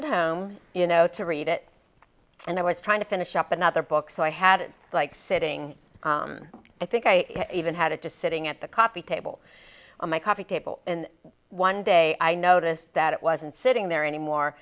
it home you know to read it and i was trying to finish up another book so i had it like sitting i think i even had a deciding at the coffee table on my coffee table and one day i noticed that it wasn't sitting there anymore